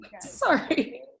Sorry